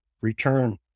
return